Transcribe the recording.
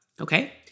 Okay